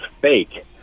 fake